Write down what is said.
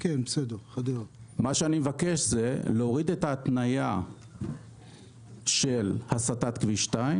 אני מבקש להוריד את ההתניה של הסטת כביש 2,